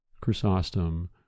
Chrysostom